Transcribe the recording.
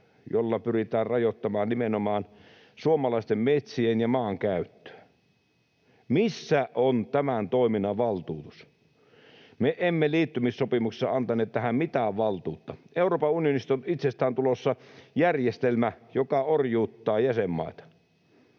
joilla pyritään rajoittamaan nimenomaan suomalaisten metsien- ja maankäyttöä. Missä on tämän toiminnan valtuutus? Me emme liittymissopimuksessa antaneet tähän mitään valtuutta. Euroopan unionista on itsestään tulossa järjestelmä, joka orjuuttaa jäsenmaita.